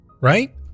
Right